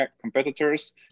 competitors